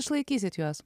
išlaikysit juos